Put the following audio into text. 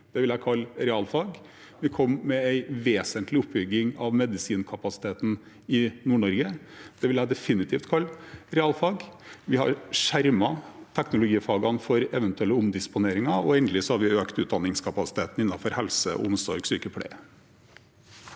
Det vil jeg kalle realfag. Vi kom med en vesentlig oppbygging av medisinkapasiteten i Nord-Norge. Det vil jeg definitivt kalle realfag. Vi har skjermet teknologifagene for eventuelle omdisponeringer, og endelig har vi økt utdanningskapasiteten innenfor helse, omsorg og sykepleie.